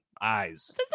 eyes